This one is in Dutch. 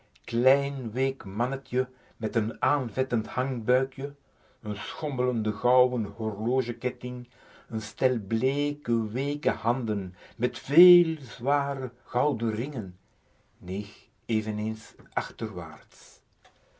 klein week mannetje met n aanvettend hangbuikje n schommelenden gouden horlogeketting n stel bleeke weeke handen met véél zware gouden ringen neeg eveneens